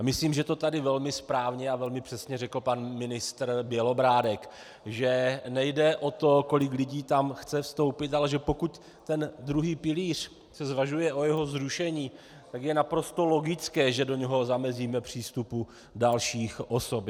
Myslím, že to tady velmi správně a velmi přesně řekl pan ministr Bělobrádek, že nejde o to, kolik lidí tam chce vstoupit, ale že pokud se u druhého pilíře zvažuje jeho zrušení, tak je naprosto logické, že do něho zamezíme přístup dalších osob.